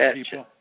people